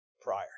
prior